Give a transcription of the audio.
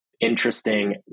interesting